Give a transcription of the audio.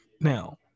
now